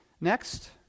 Next